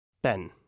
Ben